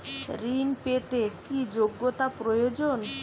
ঋণ পেতে কি যোগ্যতা প্রয়োজন?